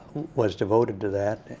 was devoted to that. that.